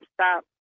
Stop